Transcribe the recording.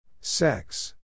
Sex